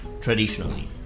traditionally